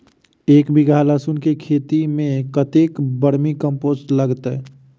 एक बीघा लहसून खेती मे कतेक बर्मी कम्पोस्ट लागतै?